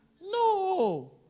No